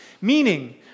meaning